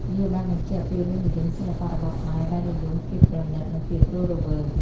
វាបានបញ្ជាក់ពីរសនិយមសិល្បៈរបស់ខ្មែរដែលនិយមភាពប្រណិត និងភាពរស់រវើក។